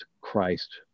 Christ